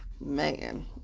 Man